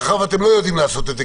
אם אתם לא יודעים לעשות את זה,